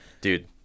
dude